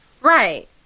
Right